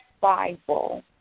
Bible